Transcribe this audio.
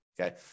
Okay